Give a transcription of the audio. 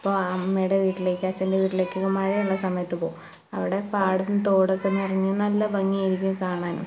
ഇപ്പോൾ അമ്മേടെ വീട്ടിലേക്ക് അച്ഛൻറെ വീട്ടിലേക്കൊക്കെ മഴയുള്ള സമയത്ത് പോകും അവിടെ പാടം തോടൊക്കെ നിറഞ്ഞ് നല്ല ഭംഗിയായിരിക്കും കാണാൻ